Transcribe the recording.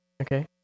okay